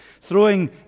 Throwing